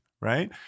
right